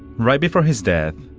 right before his death,